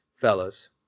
fellas